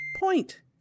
Point